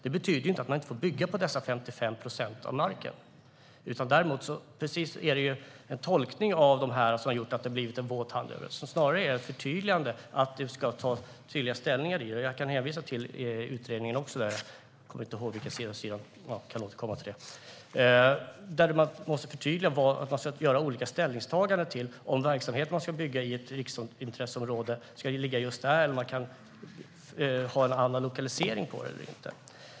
Det betyder inte att man inte får bygga på dessa 55 procent av marken. Däremot är det en tolkning som har gjort att det har lagts en våt filt över det hela. Snarare handlar det om ett förtydligande - att man ska ta tydligare ställning. Jag kan hänvisa till en sida i utredningen. Just nu kommer jag inte ihåg vilken, men jag kan återkomma till det. Det måste förtydligas att man ska göra olika ställningstaganden till om verksamhet man ska bygga i ett riksintresseområde ska ligga just där eller om man kan ha en annan lokalisering.